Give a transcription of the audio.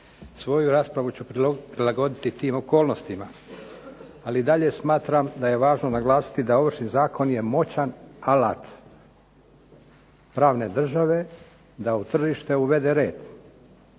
svoju raspravu ću prilagoditi tim okolnostima, ali dalje smatram da je važno naglasiti da Ovršni zakon je moćan alat pravne države, da u tržište uvede red.